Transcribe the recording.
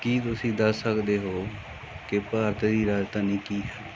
ਕੀ ਤੁਸੀਂ ਦੱਸ ਸਕਦੇ ਹੋ ਕਿ ਭਾਰਤ ਦੀ ਰਾਜਧਾਨੀ ਕੀ ਹੈ